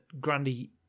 Grundy